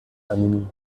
anime